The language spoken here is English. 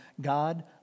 God